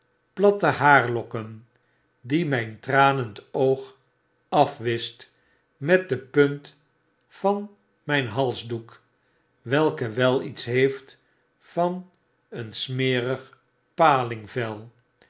platte haarlokken die myn tranend oog afwischt met de punt van myn halsdoek welke wel iets heeft van een smerig